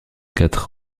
quatre